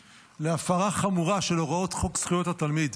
להפרה חמורה של הוראות חוק זכויות התלמיד,